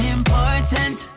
important